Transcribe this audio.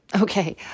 Okay